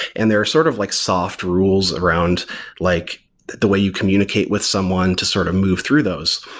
and there are sort of like soft rules around like the way you communicate with someone to sort of move through those.